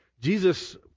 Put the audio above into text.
Jesus